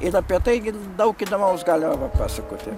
ir apie taigi daug įdomaus galima pasakoti